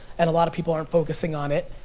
and a lot of people aren't focusing on it.